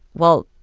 well,